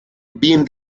bien